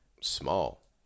small